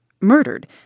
murdered